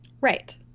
right